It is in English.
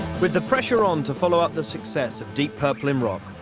with the pressure on to follow up the success of deep purple in rock,